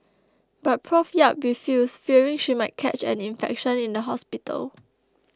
but Prof Yap refused fearing she might catch an infection in the hospital